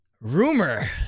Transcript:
Rumor